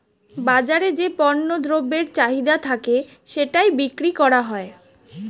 বাজারে যে পণ্য দ্রব্যের চাহিদা থাকে সেটাই বিক্রি করা হয়